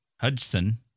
Hudson